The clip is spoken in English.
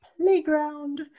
playground